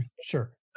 Sure